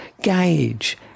gauge